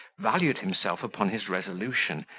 valued himself upon his resolution,